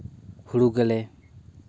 ᱦᱩᱲᱩ ᱜᱮᱞᱮ